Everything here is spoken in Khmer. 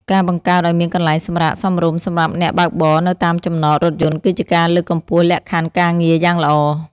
ការបង្កើតឱ្យមានកន្លែងសម្រាកសមរម្យសម្រាប់អ្នកបើកបរនៅតាមចំណតរថយន្តគឺជាការលើកកម្ពស់លក្ខខណ្ឌការងារយ៉ាងល្អ។